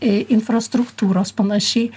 infrastruktūros panašiai